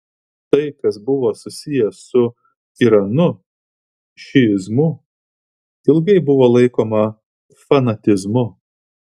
tai kas buvo susiję su iranu šiizmu ilgai buvo laikoma fanatizmu